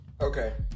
Okay